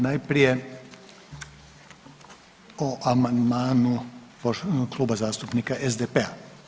Najprije o amandmanu poštovanog Kluba zastupnika SDP-a.